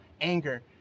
anger